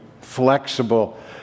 flexible